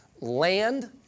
land